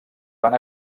van